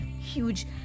huge